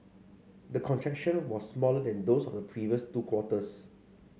the contraction was smaller than those of the previous two quarters